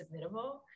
submittable